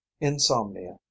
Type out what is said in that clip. Insomnia